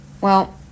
Well